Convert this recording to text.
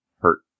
hurt